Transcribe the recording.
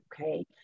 okay